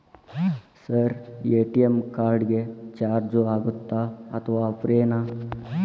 Sir ATM card ಗೆ charge ಆಗುತ್ತಾ ಅಥವಾ ಫ್ರೇ ನಾ?